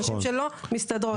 נשים שלא מסתדרות.